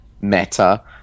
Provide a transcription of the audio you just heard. meta